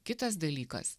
kitas dalykas